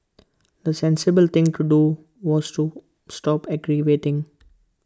the sensible thing to do was to stop aggravating